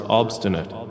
obstinate